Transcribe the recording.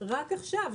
אלא רק עכשיו,